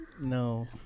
no